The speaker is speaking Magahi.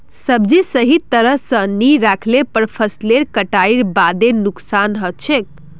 सब्जी सही तरह स नी राखले पर फसलेर कटाईर बादे नुकसान हछेक